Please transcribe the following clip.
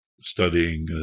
studying